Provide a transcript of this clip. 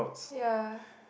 ya